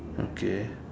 okay